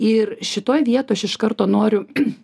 ir šitoj vietoj aš iš karto noriu